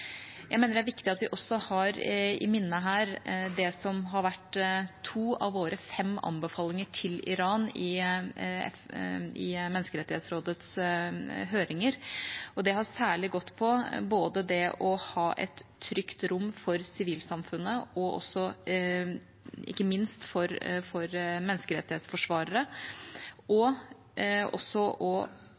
Jeg mener det er viktig at vi også har i minne det som har vært to av våre fem anbefalinger til Iran i Menneskerettighetsrådets høringer, og det har særlig gått på det å ha et trygt rom for sivilsamfunnet, ikke minst for menneskerettighetsforsvarere, og også å ta vare på og